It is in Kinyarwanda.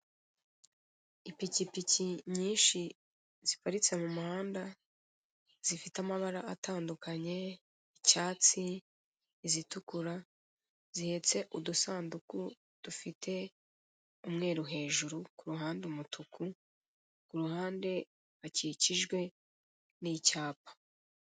Ipikipiki nyinshi ziparitse mu muhanda zifite amabara atandukanye, icyatsi, izitukura, zihetse udusanduku dufite umweru hejuru , ku ruhande umutuku, ku ruhande hakikijwe n'icyapa.